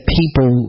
people